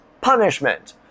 punishment